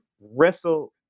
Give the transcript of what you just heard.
wrestle